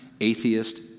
atheist